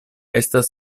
estas